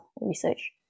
research